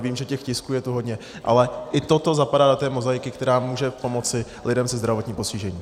Vím, že těch tisků tu je hodně, ale i toto zapadá do té mozaiky, která může pomoci lidem se zdravotním postižením.